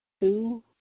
Two